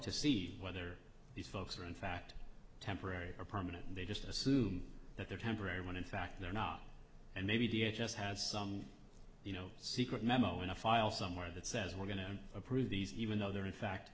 to see whether these folks are in fact temporary or permanent and they just assume that they're temporary when in fact they're not and maybe da just has some you know secret memo in a file somewhere that says we're going to approve these even though they're in fact